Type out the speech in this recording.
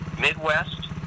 Midwest